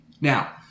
Now